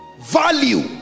Value